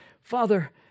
Father